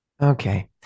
Okay